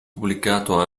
pubblicato